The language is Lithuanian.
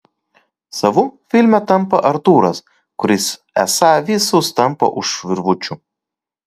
savu filme tampa artūras kuris esą visus tampo už virvučių